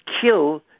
kill